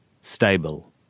Stable